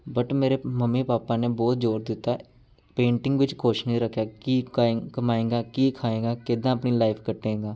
but ਮੇਰੇ mummy papa ਨੇ ਬਹੁਤ ਜ਼ੋਰ ਦਿੱਤਾ ਪੇਂਟਿੰਗ ਵਿੱਚ ਕੁਛ ਨਹੀਂ ਰੱਖਿਆ ਕੀ ਕਾਏਂ ਕਮਾਏਗਾ ਕੀ ਖਾਏਗਾ ਕਿੱਦਾਂ ਆਪਣੀ ਲਾਈਫ ਕੱਟੇਗਾ